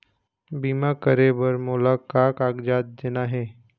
बीमा करे बर मोला का कागजात देना हे?